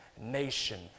nation